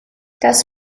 das